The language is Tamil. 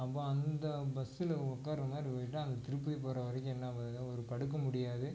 அப்போது அந்த பஸ்ஸில் உட்கார்ற மாதிரி போயிட்டால் அந்த திருப்பதி போகிற வரைக்கும் என்ன ஒரு படுக்க முடியாது